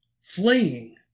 fleeing